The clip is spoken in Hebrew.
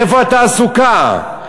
איפה התעסוקה?